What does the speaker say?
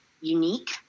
unique